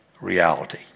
reality